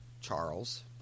Charles